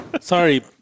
Sorry